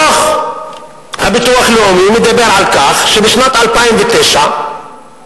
דוח הביטוח הלאומי מדבר על כך שבשנת 2009 היתה